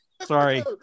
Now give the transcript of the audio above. Sorry